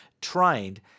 trained